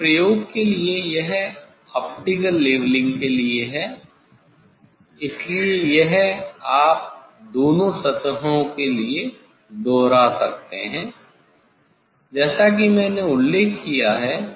अब इस प्रयोग के लिए यह ऑप्टिकल लेवलिंग के लिए है इसलिए यह आप दोनों सतहों के लिए दोहरा सकते हैं जैसा कि मैंने उल्लेख किया है